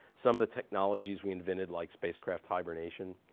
some of the technologies we invented, like spacecraft hibernation,